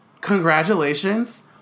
congratulations